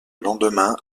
lendemain